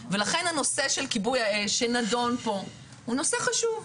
ולכן הנושא של כיבוי האש שנדון בו הוא נושא חשוב.